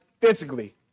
physically